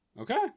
Okay